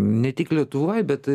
ne tik lietuvoj bet